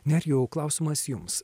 nerijau klausimas jums